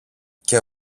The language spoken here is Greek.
και